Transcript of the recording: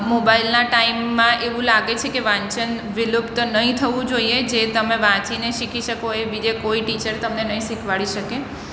મોબાઇલના ટાઈમમાં એવું લાગે છે કે વાંચન વિલુપ્ત નહીં થવું જોઈએ જે તમે વાંચીને શીખી શકો એ બીજે કોઈ ટીચર તમને નહીં શીખવાડી શકે